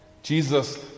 Jesus